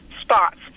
spots